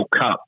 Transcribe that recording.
Cup